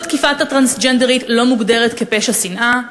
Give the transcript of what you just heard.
ברצוני לשאול: 1. מדוע תקיפת הטרנסג'נדרית לא מוגדרת כפשע שנאה?